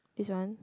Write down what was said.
this one